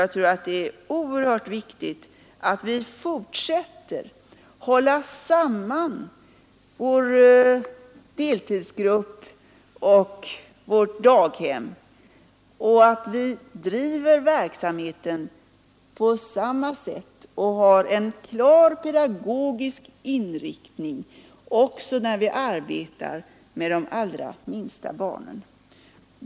Jag tror att det är oerhört viktigt att vi fortsätter att hålla samman vår deltidsgrupp och vårt daghem och att vi driver verksamheten med samma klara pedagogiska inriktning också när vi arbetar med de allra minsta barnen.